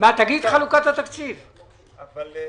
קודם כול,